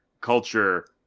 culture